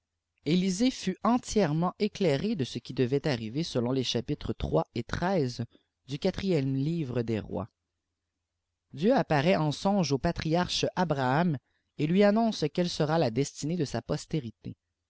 elisée fut entièrement éclairé de ce qui devait arriver selon les chapitre iii et du iv hvre des rois dieu apparaît en songe au patriarche abraham et lui annonce quelle sera la destinée de sa postérité